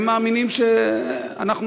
הם מאמינים שאנחנו,